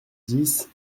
dix